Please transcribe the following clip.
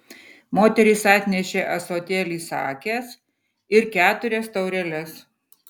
moteris atnešė ąsotėlį sakės ir keturias taureles